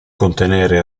contenere